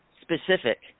specific